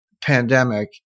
pandemic